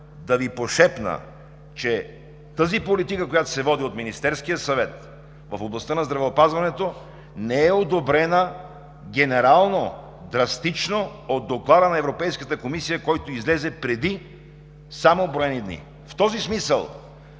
да Ви пошепна, че тази политика, която се води от Министерския съвет в областта на здравеопазването, не е одобрена генерално, драстично от Доклада на Европейската комисия, който излезе само преди броени дни. В този смисъл